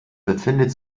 befindet